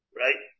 right